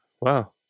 Wow